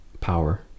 power